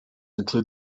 include